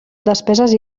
despeses